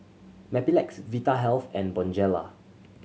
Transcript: Mepilex Vitahealth and Bonjela